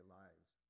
lives